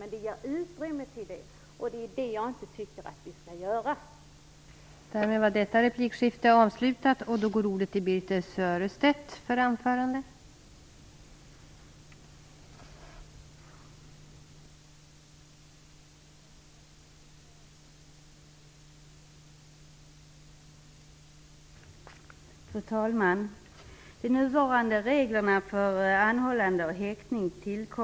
Det ges emellertid här ett sådant utrymme och det tycker jag inte att vi skall medverka till.